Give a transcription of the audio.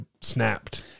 snapped